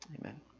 amen